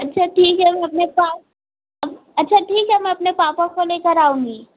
अच्छा ठीक है हम अपने पास अच्छा ठीक है मैं अपने पापा को लेकर आऊँगी